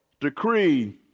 decree